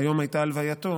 שהיום הייתה הלווייתו,